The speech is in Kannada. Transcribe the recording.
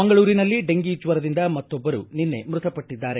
ಮಂಗಳೂರಿನಲ್ಲಿ ಡೆಂಗಿ ಜ್ವರದಿಂದ ಮತ್ತೊಬ್ಬರು ನಿನ್ನೆ ಮೃತಪಟ್ಟದ್ದಾರೆ